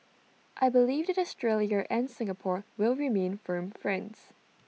I believe that Australia and Singapore will remain firm friends